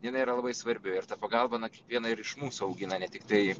jinai yra labai svarbi ir ta pagalba kiekvieną ir iš mūsų augina ne tiktai